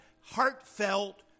heartfelt